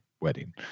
wedding